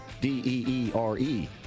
D-E-E-R-E